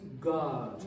God